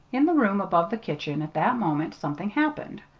in the room above the kitchen, at that moment, something happened.